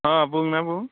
अ बुंनाय बुं